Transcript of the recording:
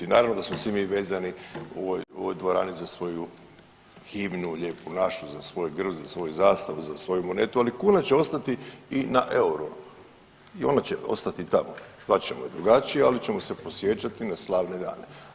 I naravno da smo svi mi vezani u ovoj dvorani za svoju himnu Lijepu našu, za svoj grb, za svoju zastavu, za svoju monetu, ali kuna će ostati i na euro i ona će ostati tamo, zvat ćemo je drugčije ali ćemo se podsjećati na slavne dane.